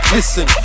Listen